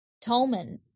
Tolman